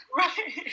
right